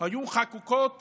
היו חקוקות